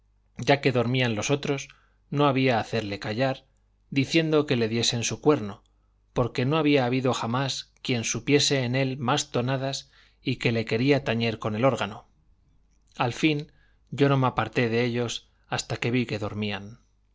ya que dormían los otros no había hacerle callar diciendo que le diesen su cuerno porque no había habido jamás quien supiese en él más tonadas y que le quería tañer con el órgano al fin yo no me aparté de ellos hasta que vi que dormían